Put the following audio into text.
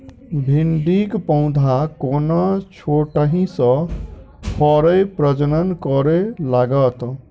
भिंडीक पौधा कोना छोटहि सँ फरय प्रजनन करै लागत?